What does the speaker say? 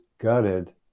gutted